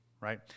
right